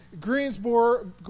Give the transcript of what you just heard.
Greensboro